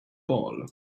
ball